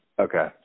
Okay